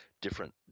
different